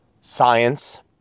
science